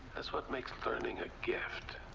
that's what makes learning a gift,